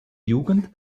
jugend